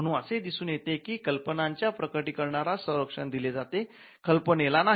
म्हणून असे दिसून येते की कल्पनाच्या प्रकटी कारणाला संरक्षण दिले जाते कल्पनेला नाही